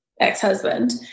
ex-husband